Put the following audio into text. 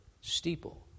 steeple